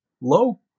low